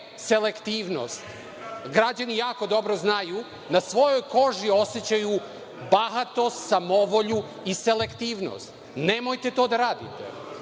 selektivnost. Građani jako dobro znaju, na svojoj koži osećaju bahatost, samovolju i selektivnosti. Nemojte to da radite.